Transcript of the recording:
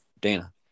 Dana